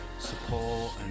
support